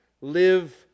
Live